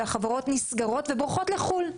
שהחברות נסגרות ובורחות לחו"ל.